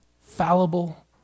fallible